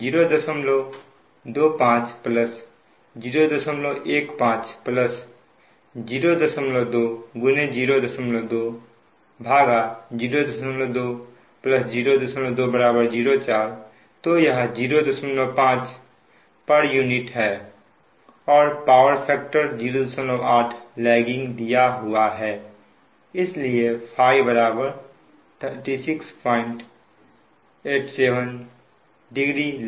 इसलिए xeq 025 015 0202020204 तो यह 050 pu है और पावर फैक्टर 08 लैगिंग दिया हुआ है इसलिए Φ 36870 लैगिंग है